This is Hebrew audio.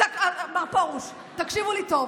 מר פרוש, תקשיבו לי טוב.